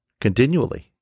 continually